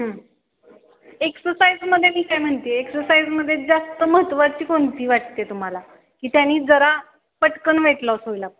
हं एक्सरसाइजमध्ये मी काय म्हणते एक्सरसाइजमध्ये जास्त महत्त्वाची कोणती वाटत आहे तुम्हाला की त्याने जरा पटकन वेट लॉस होईल आपलं